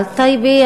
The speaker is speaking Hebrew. על טייבה,